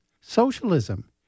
socialism